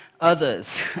others